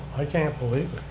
i can't believe